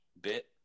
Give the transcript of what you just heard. Bit